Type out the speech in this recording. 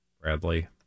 Bradley